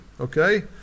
okay